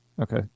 Okay